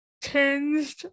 tinged